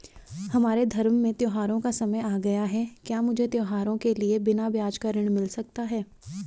हमारे धर्म में त्योंहारो का समय आ गया है क्या मुझे त्योहारों के लिए बिना ब्याज का ऋण मिल सकता है?